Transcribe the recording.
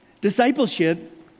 Discipleship